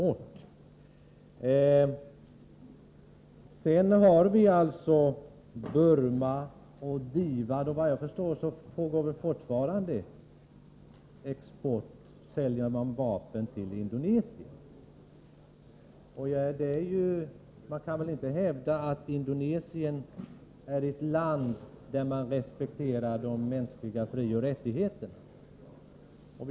Vi har också frågan om Burma och DIVAD, och såvitt jag förstår pågår fortfarande export av vapen till Indonesien. Man kan väl inte hävda att Indonesien är ett land där de mänskliga frioch rättigheterna respekteras.